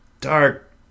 Dark